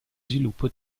sviluppo